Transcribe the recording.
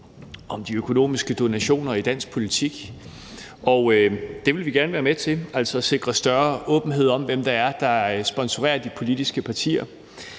om de økonomiske donationer i dansk politik. Og det vil vi gerne være med til, altså at sikre større åbenhed om, hvem det er, der sponsorerer de politiske partier.